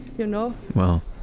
you know, well,